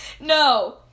No